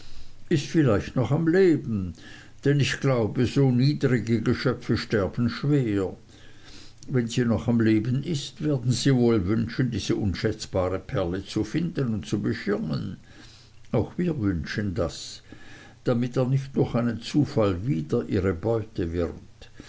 ist vielleicht noch am leben denn ich glaube so niedrige geschöpfe sterben schwer wenn sie noch am leben ist werden sie wohl wünschen diese unschätzbare perle zu finden und zu beschirmen auch wir wünschen das damit er nicht durch einen zufall wieder ihre beute wird